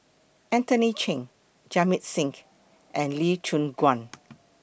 Anthony Chen Jamit Singh and Lee Choon Guan